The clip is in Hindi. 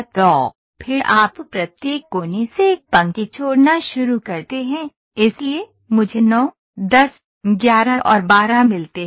तो फिर आप प्रत्येक कोने से एक पंक्ति छोड़ना शुरू करते हैं इसलिए मुझे 9 10 11 और 12 मिलते हैं